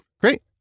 Great